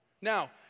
Now